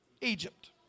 Egypt